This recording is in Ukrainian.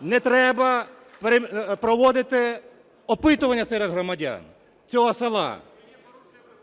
не треба проводити опитування серед громадян цього села.